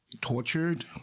tortured